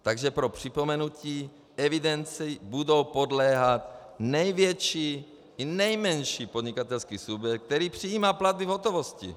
Takže pro připomenutí: Evidenci bude podléhat největší i nejmenší podnikatelský subjekt, který přijímá platby v hotovosti.